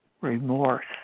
remorse